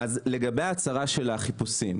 לגבי הצהרת החיפושים,